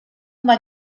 uma